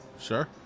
Sure